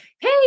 Hey